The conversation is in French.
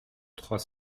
trois